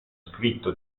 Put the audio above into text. scritto